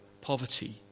poverty